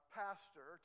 pastor